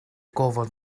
gofal